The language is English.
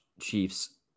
Chiefs